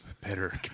better